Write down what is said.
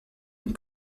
une